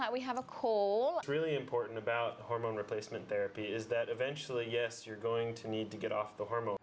always we have a cold really important about hormone replacement therapy is that eventually yes you're going to need to get off the hor